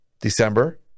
December